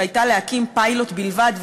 שהייתה להקים פיילוט בלבד,